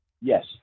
Yes